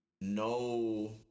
No